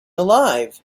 alive